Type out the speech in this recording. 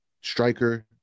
striker